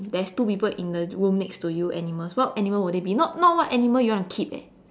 there's two people in the room next to you animals what animal would they be not not what animal you want to keep eh